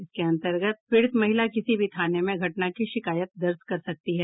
इसके अन्तर्गत पीड़ित महिला किसी भी थाने में घटना की शिकायत दर्ज कर सकती है